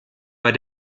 bei